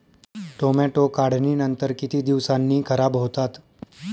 Tomato काढणीनंतर किती दिवसांनी खराब होतात?